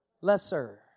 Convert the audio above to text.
lesser